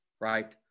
right